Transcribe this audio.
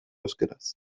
euskaraz